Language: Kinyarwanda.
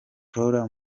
flora